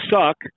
suck